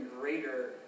greater